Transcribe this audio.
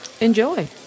enjoy